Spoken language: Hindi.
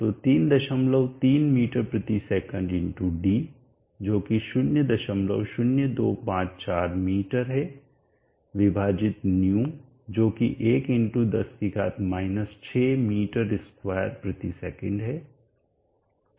तो 33 ms x d जो कि 00254 मीटर है विभाजित ϑ जो कि 1 × 10 6 m2s है